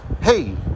Hey